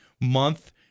month